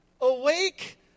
awake